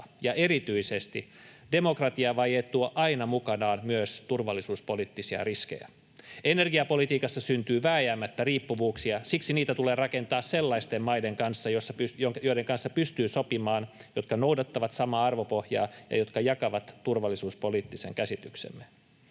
ja erityisesti demokratia-vaje tuo aina mukanaan myös turvallisuuspoliittisia riskejä. Energiapolitiikassa syntyy vääjäämättä riippuvuuksia. Siksi niitä tulee rakentaa sellaisten maiden kanssa, joiden kanssa pystyy sopimaan, jotka noudattavat samaa arvopohjaa ja jotka jakavat turvallisuuspoliittisen käsityksemme.